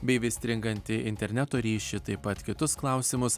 bei vis stringantį interneto ryšį taip pat kitus klausimus